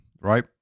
right